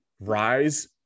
rise